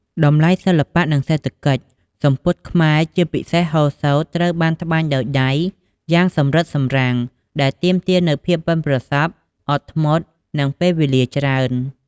តម្លៃសិល្បៈ និងសេដ្ឋកិច្ច សំពត់ខ្មែរ ជាពិសេសហូលសូត្រ ត្រូវបានត្បាញដោយដៃយ៉ាងសម្រិតសម្រាំង ដែលទាមទារនូវភាពប៉ិនប្រសប់ អត់ធ្មត់ និងពេលវេលាច្រើន។